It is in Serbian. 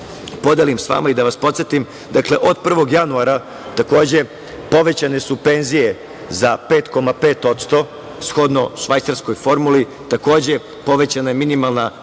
podelim sa vama i da vas podsetim. Dakle, od 1. januara povećane su penzije za 5,5% shodno švajcarskoj formuli, takođe, povećana je minimalna